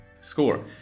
score